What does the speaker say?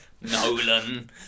Nolan